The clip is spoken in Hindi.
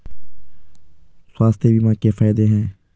स्वास्थ्य बीमा के फायदे हैं?